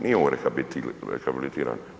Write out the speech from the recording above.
Nije ovo rehabilitiran.